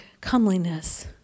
comeliness